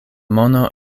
mono